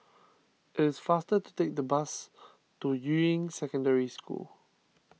it is faster to take the bus to Yuying Secondary School